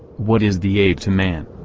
what is the ape to man?